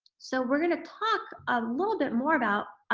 so, we're gonna talk a little bit more about